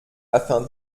afin